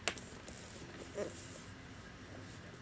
that's